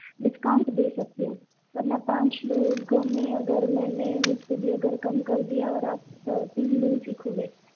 discount दे सकती हूँ वरना पाँच लोगों में अगर मैंने एक को भी अगर कम कर दिया और आप तीन दिन सीखोगे